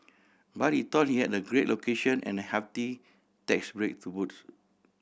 but he thought he had a great location and a hefty tax break to boots